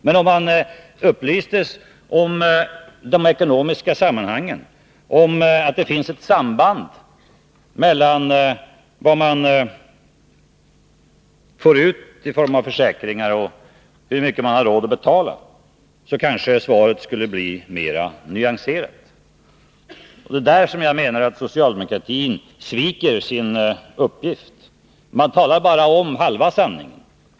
Men om man upplystes om de ekonomiska sammanhangen, om att det finns ett samband mellan vad man får ut i form av försäkringar och hur mycket man måste betala, så kanske svaret skulle bli mer nyanserat. Det är här jag menar att socialdemokratin sviker sitt ansvar. Man talar bara om halva sanningen.